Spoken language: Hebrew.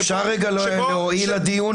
אפשר רגע להועיל לדיון?